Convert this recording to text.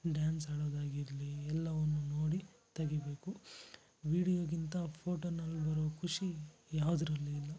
dance ಆಡೋದು ಆಗಿರಲಿ ಎಲ್ಲವನ್ನು ನೋಡಿ ತೆಗಿಬೇಕು ವಿಡಿಯೋಗಿಂತ ಫೋಟೊನಲ್ಲಿ ಬರೋ ಖುಷಿ ಯಾವುದ್ರಲ್ಲು ಇಲ್ಲ